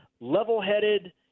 level-headed